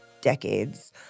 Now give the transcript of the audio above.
decades